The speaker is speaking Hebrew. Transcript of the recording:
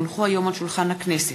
כי הונחו היום על שולחן הכנסת,